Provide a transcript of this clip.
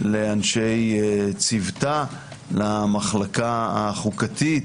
לאנשי צוותה, למחלקה החוקתית.